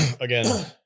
again